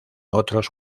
otros